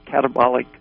catabolic